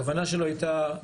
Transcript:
הכוונה שלו הייתה,